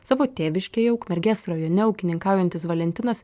savo tėviškėje ukmergės rajone ūkininkaujantis valentinas